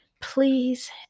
please